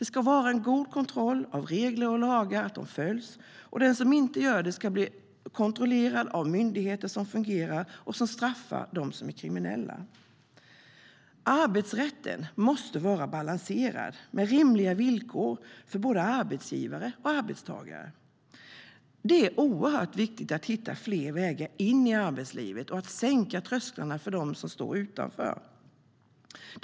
Det ska vara en god kontroll av att regler och lagar följs. Myndigheter som fungerar ska kontrollera och straffa dem som är kriminella. Arbetsrätten måste vara balanserad, med rimliga villkor för både arbetsgivare och arbetstagare. Det är oerhört viktigt att hitta fler vägar in i arbetslivet och att sänka trösklarna för dem som står utanför.